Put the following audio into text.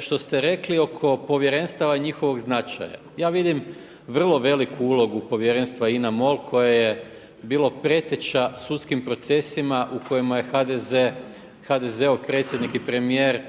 što ste rekli oko povjerenstava i njihovog značaja. Ja vidim vrlo veliku ulogu povjerenstva INA-MOL koje je bilo preteča sudskim procesima u kojima je HDZ-ov predsjednik i premijer